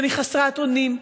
ואני חסרת אונים,